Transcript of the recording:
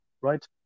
right